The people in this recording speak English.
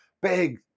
big